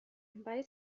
برای